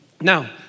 Now